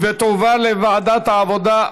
ותועבר לוועדת העבודה,